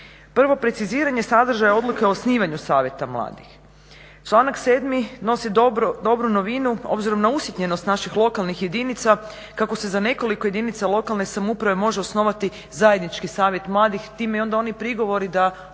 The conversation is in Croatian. Prvo, preciziranje sadržaja odluke o osnivanju savjeta mladih. Članak 7. nosi dobru novinu obzirom na usitnjenost naših lokalnih jedinica kako se za nekoliko jedinica lokalne samouprave može osnovati zajednički savjet mladih, time onda i oni prigovori da u